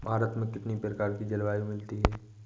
भारत में कितनी प्रकार की जलवायु मिलती है?